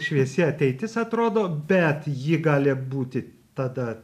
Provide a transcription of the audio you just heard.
šviesi ateitis atrodo bet ji gali būti tada